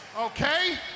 okay